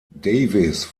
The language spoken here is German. davies